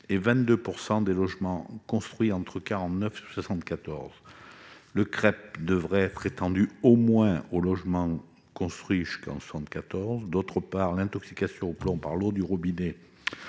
22 % des logements construits entre 1949 et 1974. Aussi, le CREP devrait être étendu au moins aux logements construits jusqu'en 1974. Par ailleurs, l'intoxication au plomb par l'eau du robinet